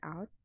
out